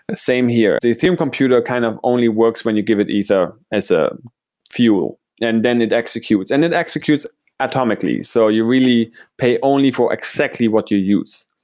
same here. the ethereum computer kind of only works when you give it ether as a fuel, and then it executes. and it executes atomically. so you really pay only for exactly what you use,